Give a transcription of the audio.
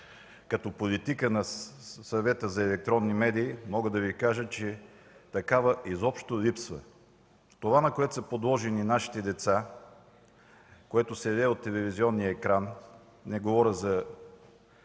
като политика на Съвета за електронни медии мога да Ви кажа, че такава изобщо липсва. Това, на което са подложени нашите деца, което се лее от телевизионния екран – не говоря за